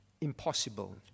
impossible